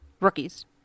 rookies